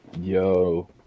Yo